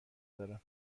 دارم